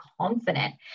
confident